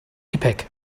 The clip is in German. gepäck